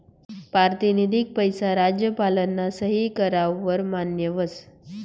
पारतिनिधिक पैसा राज्यपालना सही कराव वर मान्य व्हस